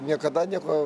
niekada nieko